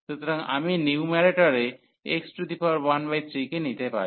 সুতরাং আমি নিউম্যারেটরে x13 কে নিতে পারি